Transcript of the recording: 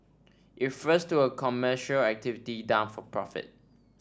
it refers to a commercial activity done for profit